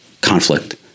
conflict